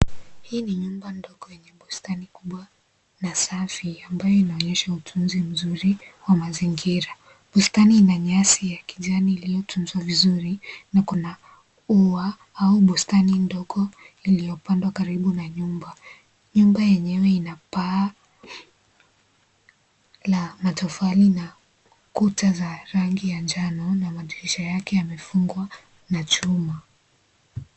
Hii ni nyumba ndogo yenye bustani kubwa na safi ambayo inaonyesha utunzi mzuri wa mazingira . Bustani ina nyasi ya kijani iliyotunzwa vizuri na kuna ua au bustani ndogo iliyopandwa karibu na nyumba . Nyumba yenyewe ina paa la matofali na kuta za rangi ya njano na madirisha yake yamefungwa na chuma.